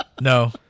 No